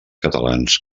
catalans